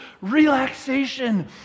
relaxation